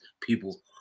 people